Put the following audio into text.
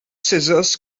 scissors